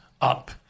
up